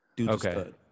Okay